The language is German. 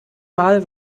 mal